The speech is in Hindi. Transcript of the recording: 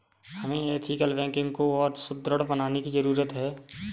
हमें एथिकल बैंकिंग को और सुदृढ़ बनाने की जरूरत है